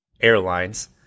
airlines